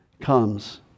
comes